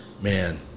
man